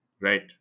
Right